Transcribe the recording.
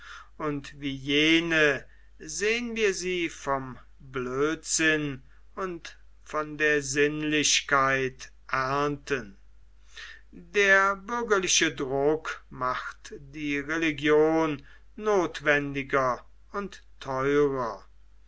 und wie jene sehen wir sie vom blödsinn und von der sinnlichkeit ernten der bürgerliche druck macht die religion notwendiger und theurer